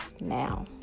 now